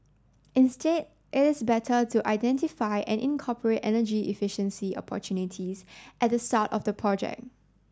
instead it is better to identify and incorporate energy efficiency opportunities at the start of the project